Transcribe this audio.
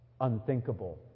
unthinkable